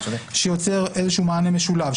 שיוצר מענה משולב,